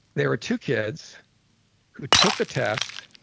there were two kids who took the test